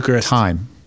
time